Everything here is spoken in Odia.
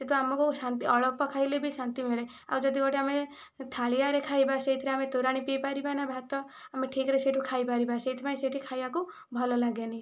ସେ ତ ଆମକୁ ଅଳପ ଖାଇଲେ ବି ଶାନ୍ତି ମିଳେ ଆଉ ଯଦି ଗୋଟିଏ ଆମେ ଥାଳିଆରେ ଖାଇବା ସେହିଥିରେ ଆମେ ତୋରାଣି ପିଇପାରିବା ନା ଭାତ ଆମେ ଠିକରେ ସେଇଠୁ ଖାଇପାରିବା ସେଇଥିପାଇଁ ସେଇଠି ଖାଇବାକୁ ଭଲ ଲାଗେନି